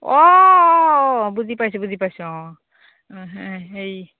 অ' অঁ বুজি পাইছোঁ বুজি পাইছোঁ অঁ হেৰি